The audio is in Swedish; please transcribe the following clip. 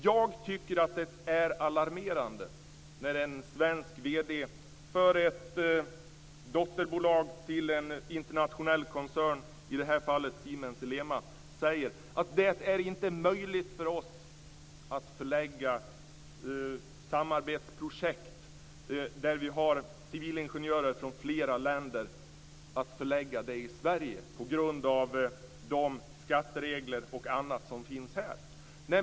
Jag tycker att det är alarmerande när en svensk vd för ett dotterbolag till en internationell koncern - i detta fall Siemens-Elema - säger att det inte är möjligt för den att till Sverige förlägga samarbetsprojekt där civilingenjörer från flera länder deltar, bl.a. på grund av de skatteregler som finns här.